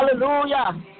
Hallelujah